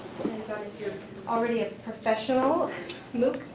sort of you're already a professional moocer.